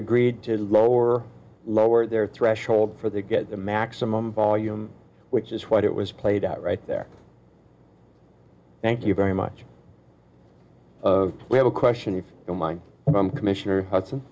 agreed to lower lower their threshold for the get the maximum volume which is what it was played out right there thank you very much we have a question of mine commissioner hudson